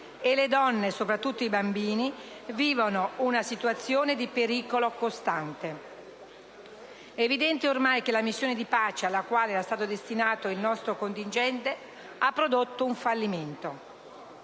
e le donne, e soprattutto i bambini, vivono una situazione di pericolo costante. È evidente ormai che la missione di pace alla quale era stato destinato il nostro contingente ha prodotto un fallimento.